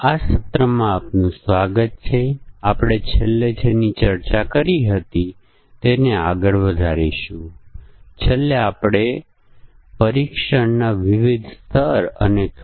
હવે ચાલો સંયુક્ત પરીક્ષણ જોઈએ જે બ્લેક બોક્સ પરીક્ષણની બીજી તકનીક છે